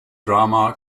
drama